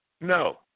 No